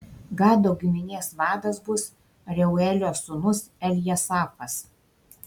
gado giminės vadas bus reuelio sūnus eljasafas